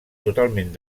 totalment